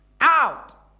out